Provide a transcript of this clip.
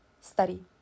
study